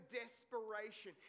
desperation